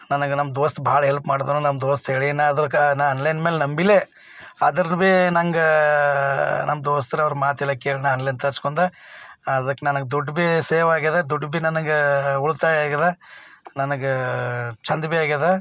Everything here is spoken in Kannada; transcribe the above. ನನಗೆ ನಮ್ಮ ದೋಸ್ತ್ ಭಾಳ ಹೆಲ್ಪ್ ಮಾಡಿದ ನನ್ನ ದೋಸ್ತ್ ಹೇಳಿ ನಾ ಅದಕ್ಕೆ ನಾನು ಆನ್ಲೈನ್ ಮೇಲೆ ನಂಬಿಲ್ಲ ಅದ್ರದ್ದು ಭೀ ನಂಗೆ ನಮ್ಮ ದೋಸ್ತ್ರವ್ರ ಮಾತೆಲ್ಲ ಕೇಳಿ ನಾನು ಆನ್ಲೈನ್ ತರ್ಸ್ಕೊಂಡೆ ಅದಕ್ಕೆ ನನಗೆ ದುಡ್ಡು ಭೀ ಸೇವ್ ಆಗಿದೆ ದುಡ್ಡು ಭೀ ನನಗೆ ಉಳಿತಾಯ ಆಗಿದೆ ನನಗೆ ಚೆಂದ ಭೀ ಆಗಿದೆ